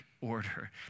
order